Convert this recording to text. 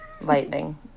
lightning